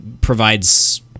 provides—